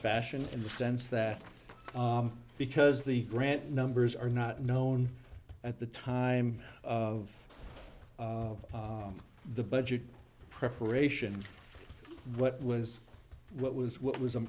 fashion in the sense that because the grant numbers are not known at the time of the budget preparation what was what was what was